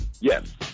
Yes